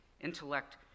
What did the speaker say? intellect